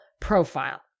profile